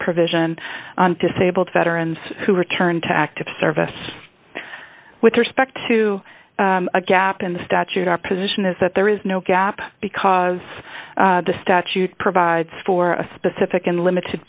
provision disabled veterans who returned to active service with respect to a gap in the statute our position is that there is no gap because the statute provides for a specific and limited